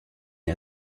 une